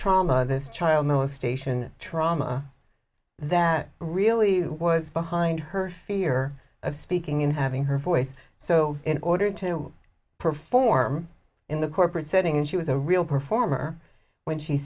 trauma this child molestation trauma that really was behind her fear of speaking and having her voice so in order to perform in the corporate setting and she was a real performer when she